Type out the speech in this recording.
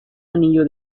anillo